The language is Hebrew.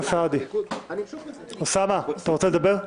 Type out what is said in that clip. את מפסידה רק דבר אחד,